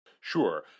Sure